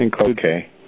Okay